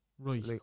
Right